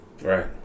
Right